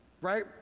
Right